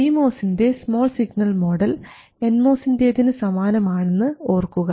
P മോസിൻറെ small signal model N മോസിൻറെതിന് സമാനമാണെന്ന് ഓർക്കുക